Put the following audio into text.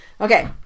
Okay